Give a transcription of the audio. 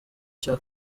cya